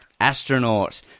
Astronaut